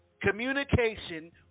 Communication